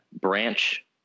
branch